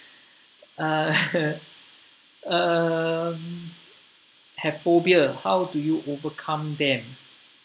uh um have phobia how do you overcome them